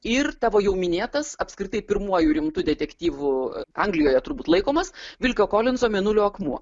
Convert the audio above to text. ir tavo jau minėtas apskritai pirmuoju rimtu detektyvu anglijoje turbūt laikomas vilkio kolinzo mėnulio akmuo